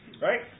right